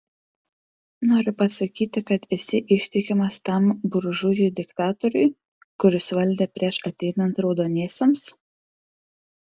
nori pasakyti kad esi ištikimas tam buržujui diktatoriui kuris valdė prieš ateinant raudoniesiems